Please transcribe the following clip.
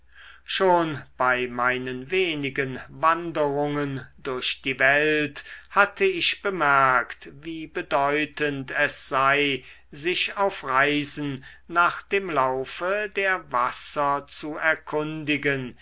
schon bei meinen wenigen wanderungen durch die welt hatte ich bemerkt wie bedeutend es sei sich auf reisen nach dem laufe der wasser zu erkundigen